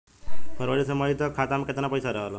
फरवरी से मई तक खाता में केतना पईसा रहल ह?